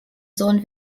sohn